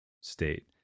state